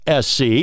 SC